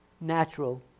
natural